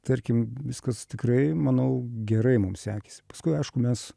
tarkim viskas tikrai manau gerai mums sekėsi paskui aišku mes